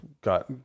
got